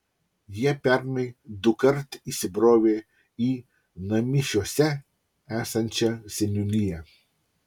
jie pernai dukart įsibrovė į namišiuose esančią seniūniją